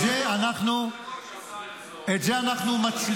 אסור לדבר עד שהשר יחזור --- כמה דקות,